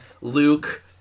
luke